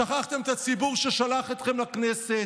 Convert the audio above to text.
שכחתם את הציבור ששלח אתכם לכנסת.